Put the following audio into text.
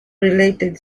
related